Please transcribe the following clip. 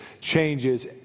changes